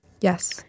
Yes